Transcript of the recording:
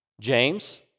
James